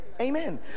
amen